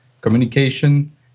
communication